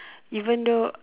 even though